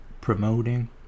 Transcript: promoting